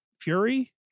Fury